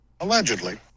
Allegedly